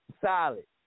Solid